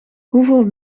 hoeveel